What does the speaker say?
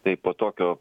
tai po tokio